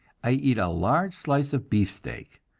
i eat a large slice of beefsteak,